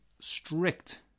strict